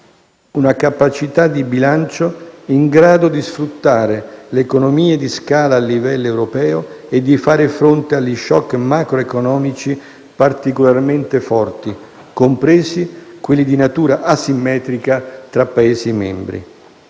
una capacità di bilancio in grado di sfruttare le economie di scala a livello europeo e di fare fronte agli *shock* macroeconomici particolarmente forti, compresi quelli di natura asimmetrica tra Paesi membri.